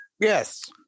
Yes